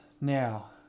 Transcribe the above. Now